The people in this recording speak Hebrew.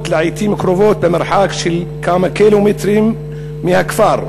לעתים קרובות במרחק של כמה קילומטרים מהכפר.